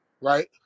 right